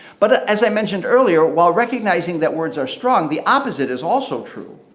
but as i mentioned earlier, while recognizing that words are strong the opposite is also true.